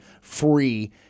free